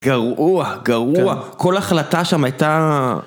גרוע, גרוע. כל החלטה שם הייתה...